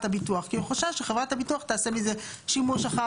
הביטוח כי הוא חושש שחברת הביטוח תעשה מזה שימוש אחר